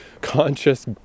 conscious